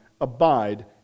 abide